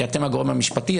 כי אתם הגורם המשפטי,